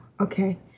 okay